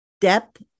depth